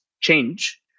change